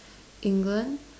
England